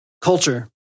culture